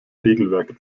regelwerk